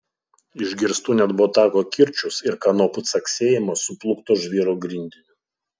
išgirstu net botago kirčius ir kanopų caksėjimą suplūkto žvyro grindiniu